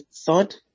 thought